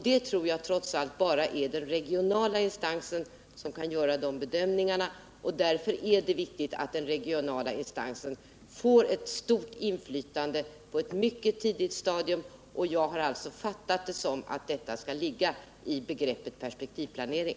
Jag tror att det trots allt bara är den regionala instansen som kan göra de bedömningarna, och därför är det viktigt att de regionala instanserna får stort inflytande redan på ett mycket tidigt stadium. Jag har alltså fattat det så, att detta skall ligga i begreppet perspektivplanering.